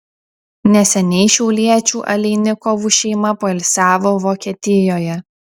neseniai šiauliečių aleinikovų šeima poilsiavo vokietijoje